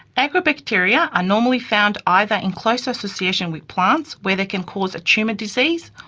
agrobacteria are normally found either in close association with plants where they can cause a tumour disease,